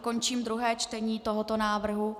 Končím druhé čtení tohoto návrhu.